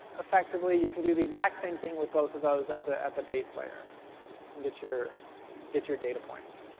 effectively, you can do the exact same thing with both of those at the at the base layer and get your get your data points.